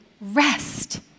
rest